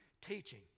Teaching